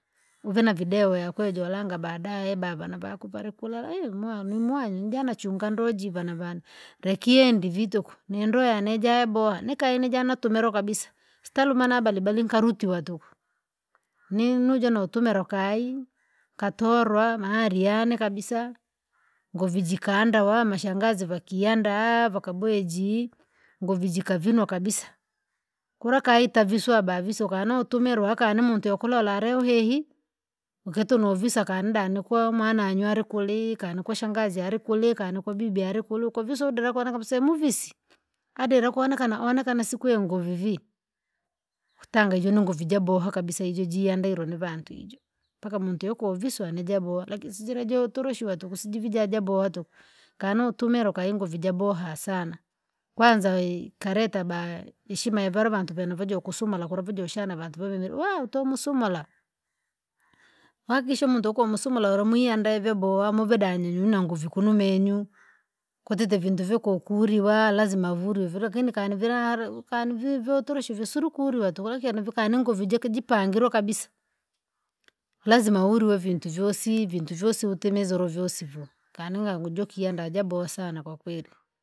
Vena video ya kwejo langa badaye ba vana vako valikula! mwa- nimwani mwanachunga ndoji vana vane vekiendi vituku ni ndoa nika boha, nikae nijana tumelo kabisa. Staluma na bali balinga, luchua tu. Nija nitumelo ukaii katorwa mari yane kabisa. Tujivikanda wa mashangazi vakiandaavo kabweji ukujivika vino bakisa. Kurakai ta viswa ba viswa nutumela wakane mtwe kulola rehuhei. Ghitu nuvisa khaudani ko mwana nalunywani kwa shangazi ulikuli na ku bibi alikuliku visuhudira kwana muvisi adera kwana kwana nikwesenguvi. Tange vinunguvi videbo kabisa jijiandae ni vantu hiyo mpaka mpovisi nijaboha. Lakini sirajoto rushua tu kusujavaboha tu kanu tumelo kaingu vijaboha sana. Kwanza, kareta baa heshima vale vangi vanajoo kusumula kunavideo shana vangi vana va mto msumula. Wakisha mdoko musomo musumla viandae veboha mvedanye kuna nguvu kunumenyu. Kwetete vintu vikukuri wala lazima vuli, lakini kani verahale va votorishi visulukuli vatu vakakeni vanu nguvi vipangile kabisa. Lazima ulwe vintu vyosi vindu vyosi utemeze rovosi vua. Kanu ujokia nda ja bosa na kwa kweli.